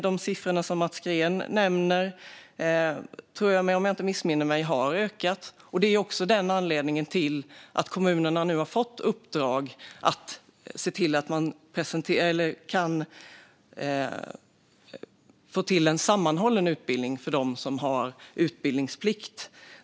De siffror som Mats Green nämnde har stigit, om jag inte missminner mig, och detta är anledningen till att kommunerna nu har fått i uppdrag att få till en sammanhållen utbildning för dem som har utbildningsplikt.